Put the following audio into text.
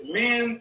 men